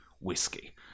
whiskey